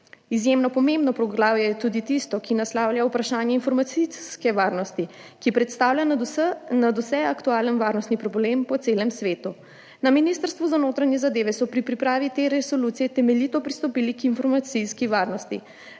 Izjemno pomembno poglavje je tudi tisto, ki naslavlja vprašanje informacijske varnosti, ki predstavlja nadvse aktualen varnostni problem po celem svetu. Na Ministrstvu za notranje zadeve so pri pripravi te resolucije temeljito pristopili k informacijski varnosti.